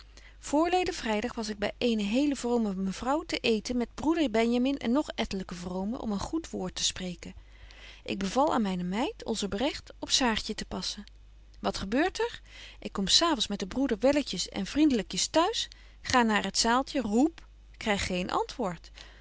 voorleden vrydag was ik by eene hele vrome mevrouw ten eeten met broeder benjamin en nog ettelyke vromen om een goed woord te spreken ik beval aan myne meid onze bregt op saartje te passen wat gebeurt er ik kom s avonds met den broeder welletjes en vriendelykjes thuis ga naar t zaaltje roep kryg geen antwoord